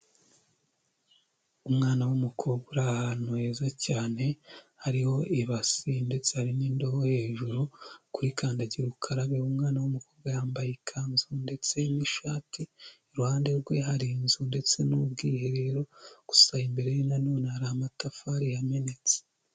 Umwana w'umukobwa uri ahantu heza cyane hariho ibasi ndetse hari n'indoho hejuru kuri kandagira ukarabe, umwana w'umukobwa yambaye ikanzu ndetse n'ishati, iruhande rwe hari inzu ndetse n'ubwiherero gusa imbere na none hari amatafari yamenetse.